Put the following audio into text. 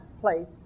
place